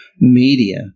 media